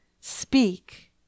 Speak